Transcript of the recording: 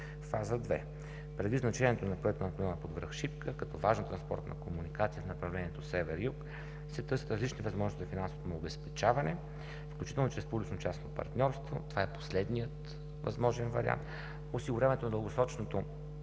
фаза две. Предвид значението на проекта на тунела под връх Шипка, като важна транспортна комуникация в направлението „Север – Юг“, се търсят различни възможности за финансово му обезпечаване, включително и чрез публично частно партньорство. Това е последният възможен вариант. Осигуряването на дългосрочното